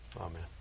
Amen